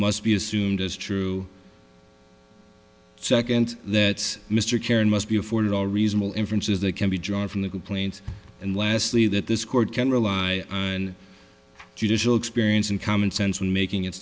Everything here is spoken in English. must be assumed as true second that mr karan must be afforded all reasonable inferences that can be drawn from the complaint and lastly that this court can rely on judicial experience and common sense when making it